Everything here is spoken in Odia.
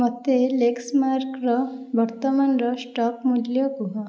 ମୋତେ ଲେକ୍ସମାର୍କର ବର୍ତ୍ତମାନର ଷ୍ଟକ୍ ମୂଲ୍ୟ କୁହ